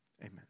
amen